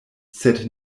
sed